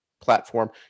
platform